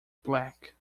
black